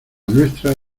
nuestra